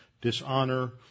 dishonor